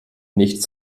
nicht